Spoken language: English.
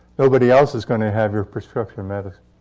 nobody else is going to have your prescription medicines.